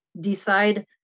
decide